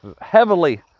heavily